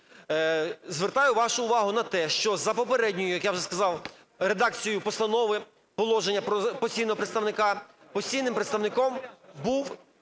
Звертаю вашу увагу на те, що за попередньою, як я вже сказав, редакцією постанови положення про постійного представника постійним представником був